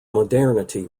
modernity